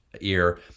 ear